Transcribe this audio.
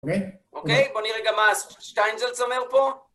אוקיי? בוא נראה גם מה שטיינזלצ אומר פה.